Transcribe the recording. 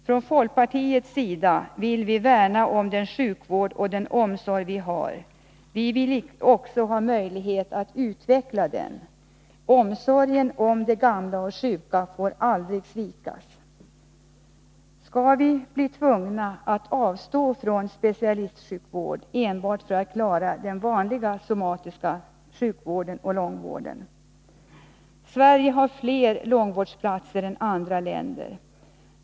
Från folkpartiets sida vill vi värna om den sjukvård och den omsorg som vi har, och vi vill också ha möjlighet att utveckla den. Omsorgen om de gamla och och sjuka får aldrig svikas. Skall vi bli tvungna att avstå från specialistsjukvård enbart för att klara den vanliga somatiska sjukvården och långvården? Sverige har fler långvårdsplatser än andra länder.